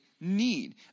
need